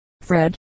Fred